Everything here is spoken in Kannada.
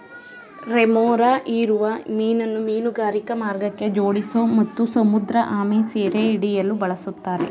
ರೆಮೊರಾ ಹೀರುವ ಮೀನನ್ನು ಮೀನುಗಾರಿಕಾ ಮಾರ್ಗಕ್ಕೆ ಜೋಡಿಸೋ ಮತ್ತು ಸಮುದ್ರಆಮೆ ಸೆರೆಹಿಡಿಯಲು ಬಳುಸ್ತಾರೆ